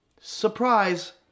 Surprise